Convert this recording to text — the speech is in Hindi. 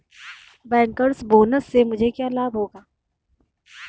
बैंकर्स बोनस से मुझे क्या लाभ होगा?